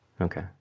Okay